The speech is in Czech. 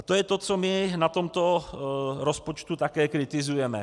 To je to, co my na tomto rozpočtu také kritizujeme.